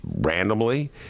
randomly